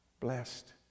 blessed